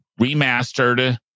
remastered